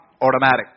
automatic